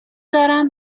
دارم